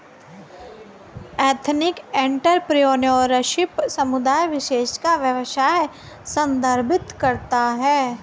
ethnic entrepreneurship समुदाय विशेष का व्यवसाय संदर्भित करता है